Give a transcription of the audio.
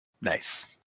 Nice